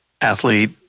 athlete